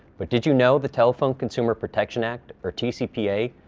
but did you know the telephone consumer protection act, or tcpa,